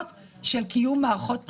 כמו יועצים,